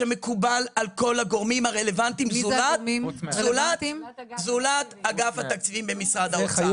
שמקובל על כל הגורמים הרלוונטיים זולת אגף התקציבים במשרד האוצר.